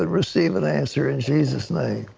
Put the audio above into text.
and receive and answer in jesus' name.